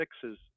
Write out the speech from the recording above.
fixes